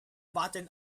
button